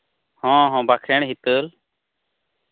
ᱦᱚᱸ ᱦᱚᱸ ᱵᱟᱠᱷᱮᱬ ᱦᱤᱛᱟᱹᱞ